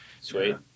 Sweet